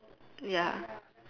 ya